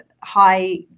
high